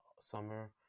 summer